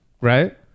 Right